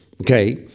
Okay